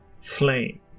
flame